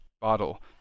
bottle